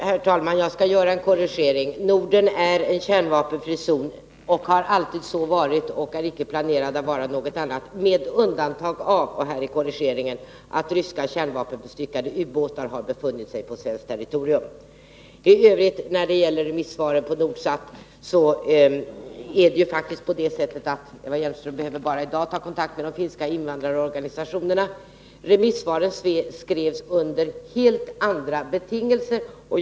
Herr talman! Jag skall helt kort göra en korrigering. Norden är en kärnvapenfri zon, har alltid så varit och är icke planerad att vara något annat med undantag av — och här kommer korrigeringen — att ryska kärnvapenbestyckade ubåtar har befunnit sig på svenskt territorium. När det gäller remissvaren angående Nordsat behöver Eva Hjelmström bara ta kontakt med de finska invandrarorganisationerna för att få besked. Remissvaren skrevs under helt andra betingelser än som nu gäller.